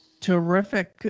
Terrific